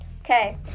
Okay